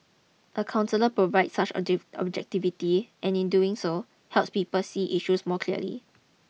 a counsellor provides such objectivity and in doing so helps people see issues more clearly